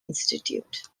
institute